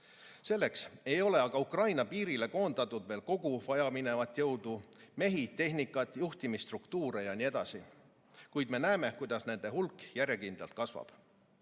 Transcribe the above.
Selleks ei ole aga Ukraina piirile koondatud veel kogu vajaminevat jõudu – mehi, tehnikat, juhtimisstruktuure ja nii edasi –, kuid me näeme, kuidas nende hulk järjekindlalt kasvab.